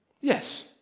Yes